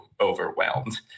overwhelmed